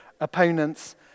opponents